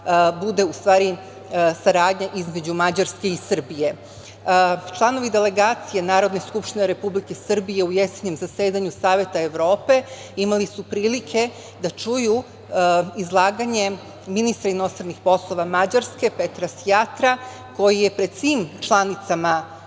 bude u stvari saradnja između Mađarske i Srbije. Članovi delegacije Narodne skupštine Republike Srbije u jesenjem zasedanju Saveta Evrope imali su prilike da čuju izlaganje ministra inostranih poslova Mađarske, Petra Sjatra, koji je pred svim članicama